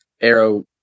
Arrow